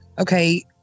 okay